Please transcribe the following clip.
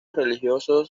religioso